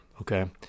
okay